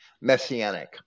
messianic